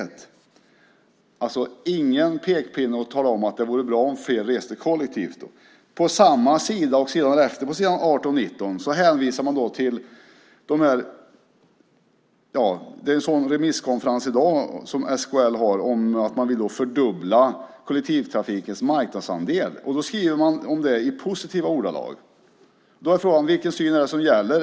Det är alltså ingen pekpinne att tala om att det vore bra om fler reste kollektivt. På samma sida och på sidorna efter, s. 18-19, hänvisar man till en sådan remisskonferens som SKL har om att fördubbla kollektivtrafikens marknadsandel. Då skriver man om det i positiva ordalag. Frågan är: Vilken syn är det som gäller?